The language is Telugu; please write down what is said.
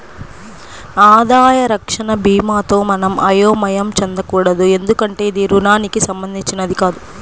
ఆదాయ రక్షణ భీమాతో మనం అయోమయం చెందకూడదు ఎందుకంటే ఇది రుణానికి సంబంధించినది కాదు